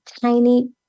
tiny